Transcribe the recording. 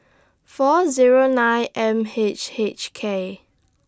four Zero nine M H H K